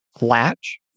latch